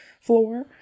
floor